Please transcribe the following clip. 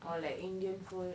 or like indian food